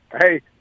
Hey